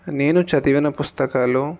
నేను చదివిన పుస్తకాలు